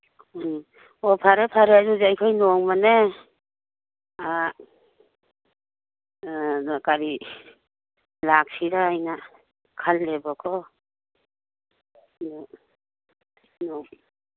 ꯎꯝ ꯑꯣ ꯐꯔꯦ ꯐꯔꯦ ꯑꯗꯨꯗꯤ ꯑꯩꯈꯣꯏ ꯅꯣꯡꯃꯅꯦ ꯂꯥꯛꯁꯤꯔꯥꯅ ꯈꯜꯂꯦꯕꯀꯣ ꯎꯝ ꯑꯣ